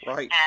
Right